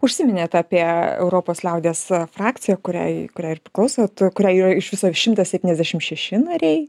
užsiminėt apie europos liaudies frakciją kuriai kuriai ir priklausot kurioj yra iš viso šimtas septyniasdešimt šeši nariai